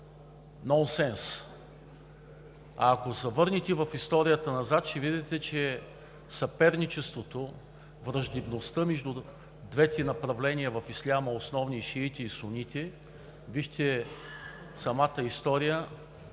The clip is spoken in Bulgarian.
нонсенс. А ако се върнете в историята назад, ще видите, че съперничеството, враждебността между двете основни направления в исляма – шиити и сунити, вижте самата история,